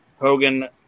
Hogan